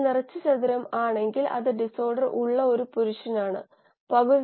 വാസ്തവത്തിൽ ഇതിന് ഒരു ആശയമുണ്ട്